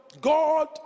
God